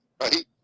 right